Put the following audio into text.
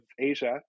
Asia